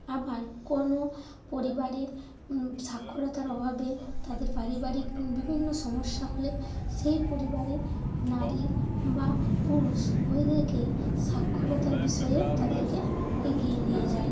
আবার কোনো পরিবারের সাক্ষরতার অভাবে তাদের পারিবারিক বিভিন্ন সমস্যা হলে সেই পরিবারের নারী বা পুরুষ উভয়দেরকেই সাক্ষরতার বিষয়ে তাদেরকে এগিয়ে নিয়ে যায়